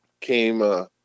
came